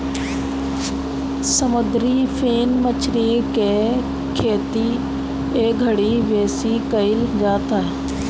समुंदरी फिन मछरी के खेती एघड़ी बेसी कईल जाता